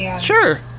Sure